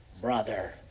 brother